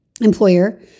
employer